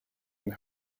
and